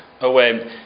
away